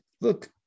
look